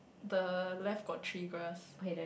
the left got three grass